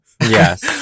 Yes